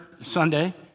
Sunday